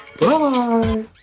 Bye